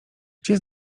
gdzie